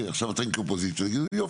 אתם כאופוזיציה, יופי.